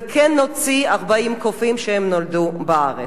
וכן נוציא 40 קופים שנולדו בארץ.